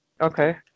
Okay